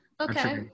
Okay